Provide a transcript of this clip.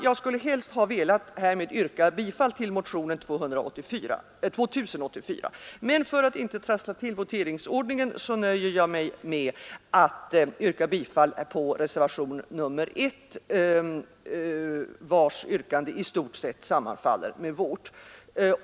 Jag skulle helst ha velat yrka bifall till motionen 2084, men för att inte trassla till voteringsordningen nöjer jag mig med att yrka bifall till reservationen 1, vars yrkande i stort sett sammanfaller med vårt.